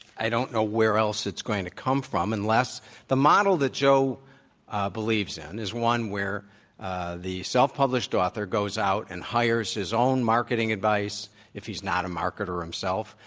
i don't know where else it's going to come from unless the model that joe believes in is one where the self published author goes out and hires his own marketing advice if he's not a marketer himself,